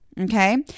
Okay